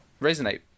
resonate